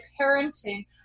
parenting